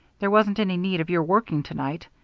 there wasn't any need of your working to-night.